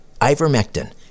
Ivermectin